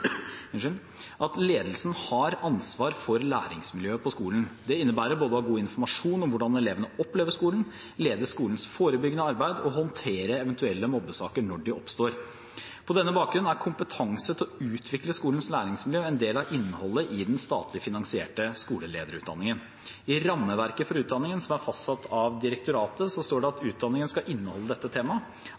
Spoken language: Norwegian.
at ledelsen har ansvar for læringsmiljøet på skolen. Det innebærer både å ha god informasjon om hvordan elevene opplever skolen, lede skolens forebyggende arbeid og håndtere eventuelle mobbesaker når de oppstår. På denne bakgrunnen er kompetanse til å utvikle skolens læringsmiljø en del av innholdet i den statlig finansierte skolelederutdanningen. I rammeverket for utdanningen, som er fastsatt av direktoratet, står det at utdanningen skal inneholde dette temaet.